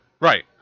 Right